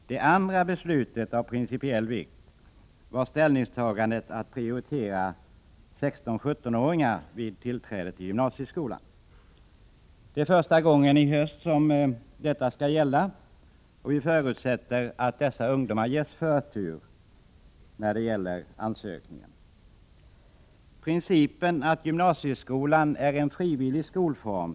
Det andra beslutet av principiell vikt var ställningstagandet att prioritera 16-17-åringarna vid tillträde till gymnasieskolan. I höst är det första gången som detta gäller, och vi förutsätter att dessa ungdomar ges förtur bland de sökande. Gymnasieskolan är en frivillig skolform.